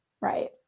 Right